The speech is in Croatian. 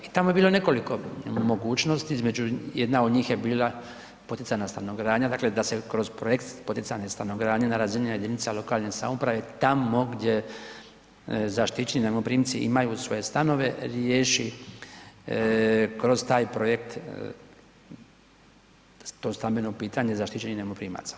I tamo je bilo nekoliko mogućnosti, između, jedna od njih je bila poticajna stanogradnja, dakle da se kroz projekt poticajne stanogradnje na razini jedinica lokalne samouprave tamo gdje zaštićeni najmoprimci imaju svoje stanove riješi kroz taj projekt to stambeno pitanje zaštićenih najmoprimaca.